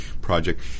Project